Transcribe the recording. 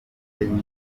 niba